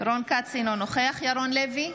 אינו נוכח ירון לוי,